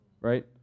right